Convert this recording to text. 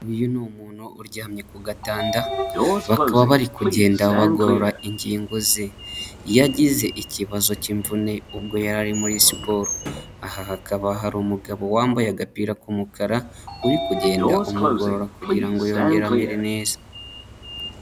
Uyu ni umuntu uryamye ku gatanda, bakaba bari kugenda bagorora ingingo ze. Yagize ikibazo cy'imvune, ubwo yari ari muri siporo. Aha hakaba hari umugabo wambaye agapira k'umukara, uri kugenda umugorora kugira ngo yongere amere neza.